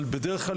אבל בדרך כלל,